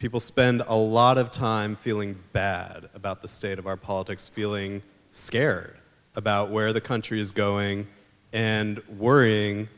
people spend a lot of time feeling bad about the state of our politics feeling scared about where the country is going and worrying